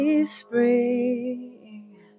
spring